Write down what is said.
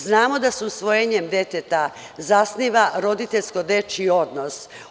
Znamo da se usvojenjem deteta zasniva roditeljsko dečiji odnos.